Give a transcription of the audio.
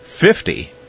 fifty